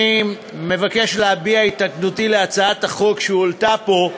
אני מבקש להביע את התנגדותי להצעת החוק שהועלתה פה.